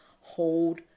Hold